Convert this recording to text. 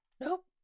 Nope